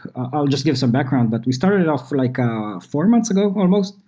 i'll just give some background, but we started off like four months ago almost.